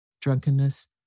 Drunkenness